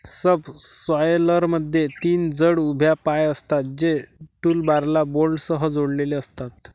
सबसॉयलरमध्ये तीन जड उभ्या पाय असतात, जे टूलबारला बोल्टसह जोडलेले असतात